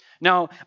Now